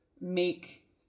make